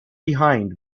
behind